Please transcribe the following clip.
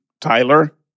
Tyler